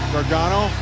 Gargano